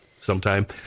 sometime